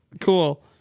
Cool